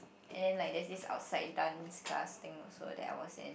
and then like there's this outside dance class thing also that I was in